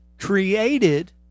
created